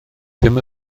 ddim